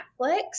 Netflix